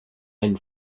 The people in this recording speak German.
einen